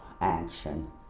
action